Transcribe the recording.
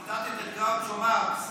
ציטטת את גראוצ'ו מרקס,